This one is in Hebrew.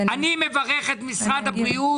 אני מברך את משרד הבריאות